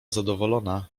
zadowolona